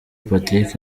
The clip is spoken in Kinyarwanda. patrick